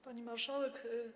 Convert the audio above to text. Pani Marszałek!